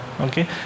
okay